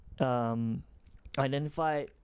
Identify